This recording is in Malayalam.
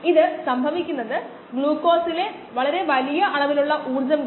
അതിനാൽ കോശം ആഗിരണം ചെയ്യാത്ത തരംഗദൈർഘ്യങ്ങളുമായി പ്രവർത്തിക്കാൻ നമ്മൾ ആഗ്രഹിക്കുന്നു